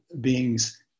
beings